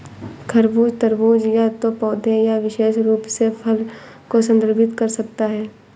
खरबूज, तरबूज या तो पौधे या विशेष रूप से फल को संदर्भित कर सकता है